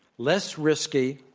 less risky,